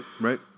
right